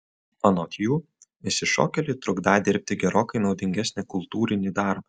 anot jų išsišokėliai trukdą dirbti gerokai naudingesnį kultūrinį darbą